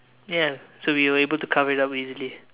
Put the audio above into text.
ya so we were able to cover it up easily